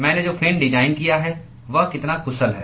मैंने जो fin design किया है वह कितना कुशल है